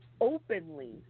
openly